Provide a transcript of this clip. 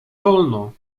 wolno